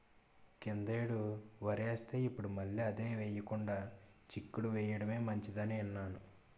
కిందటేడు వరేస్తే, ఇప్పుడు మళ్ళీ అదే ఎయ్యకుండా చిక్కుడు ఎయ్యడమే మంచిదని ఇన్నాను